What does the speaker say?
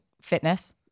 fitness